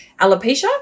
alopecia